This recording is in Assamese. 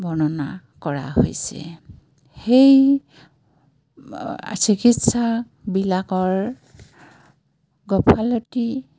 বৰ্ণনা কৰা হৈছে সেই চিকিৎসাবিলাকৰ গাফিলতি